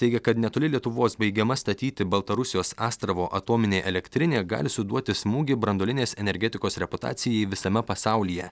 teigia kad netoli lietuvos baigiama statyti baltarusijos astravo atominė elektrinė gali suduoti smūgį branduolinės energetikos reputacijai visame pasaulyje